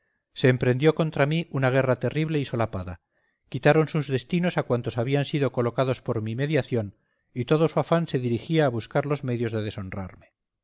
se emprendió contra mí una guerra terrible y solapada quitaron sus destinos a cuantos habían sido colocados por mi mediación y todo su afán se dirigía a buscar los medios de deshonrarme